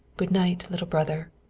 good night, little brother,